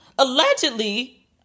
Allegedly